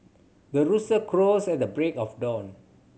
the rooster crows at the break of dawn